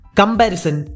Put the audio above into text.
comparison